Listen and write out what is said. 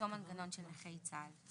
אותו מנגנון של נכי צה"ל.